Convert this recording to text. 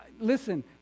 listen